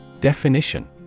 Definition